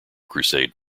crusade